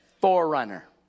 Forerunner